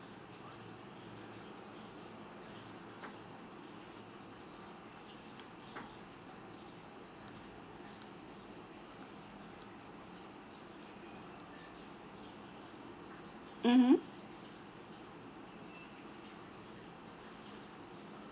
mmhmm